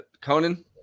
Conan